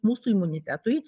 mūsų imunitetui